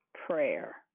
Prayer